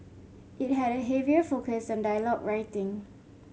it had a heavier focus on dialogue writing